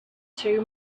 two